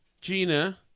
Gina